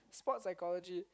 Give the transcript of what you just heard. sport psychology